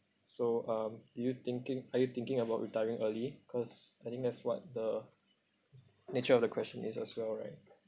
so um do you thinking are you thinking about retiring early cause I think that's what the nature of the question is as well right